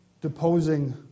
deposing